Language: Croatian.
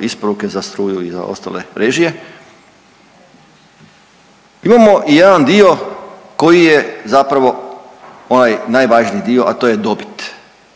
isporuke za struju i ostale režije imamo i jedan dio koji je zapravo onaj najvažniji dio, a to je dobit.